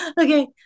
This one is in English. okay